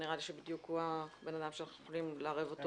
ונראה לי שהוא בדיוק האדם שאנחנו יכולים לערב אותו